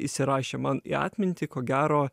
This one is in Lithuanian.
įsirašė man į atmintį ko gero